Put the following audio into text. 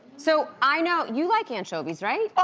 so i know, you like anchovies, right?